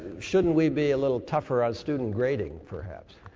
shouldn't we be a little tougher on student grading, perhaps?